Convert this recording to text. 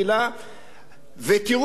ותראו מה יש כאן.